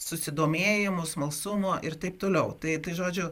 susidomėjimo smalsumo ir taip toliau tai tai žodžiu